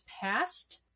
past